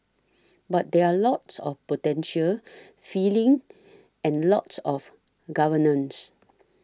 but there are lots of potential feelings and lots of governments